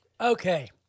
Okay